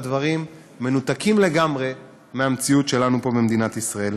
הדברים מנותקים לגמרי מהמציאות שלנו פה במדינת ישראל.